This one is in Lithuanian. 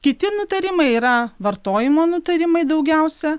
kiti nutarimai yra vartojimo nutarimai daugiausia